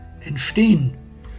entstehen